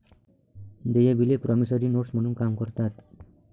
देय बिले promissory notes म्हणून काम करतात